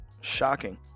Shocking